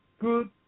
good